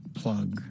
plug